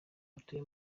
batuye